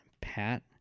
Pat